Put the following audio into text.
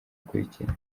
bikurikira